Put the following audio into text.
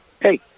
hey